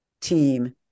team